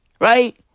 Right